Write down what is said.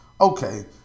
Okay